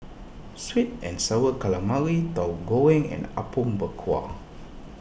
Sweet and Sour Calamari Tahu Goreng and Apom Berkuah